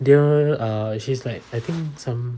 dia ah she's like I think some